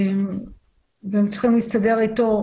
והם צריכים להסתדר איתו,